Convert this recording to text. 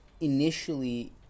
initially